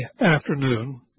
afternoon